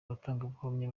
abatangabuhamya